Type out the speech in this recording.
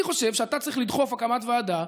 אני חושב שאתה צריך לדחוף הקמת ועדה,